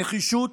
הם נחישות